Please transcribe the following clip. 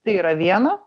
tai yra viena